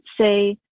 say